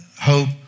Hope